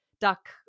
duck